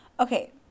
Okay